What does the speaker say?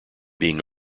being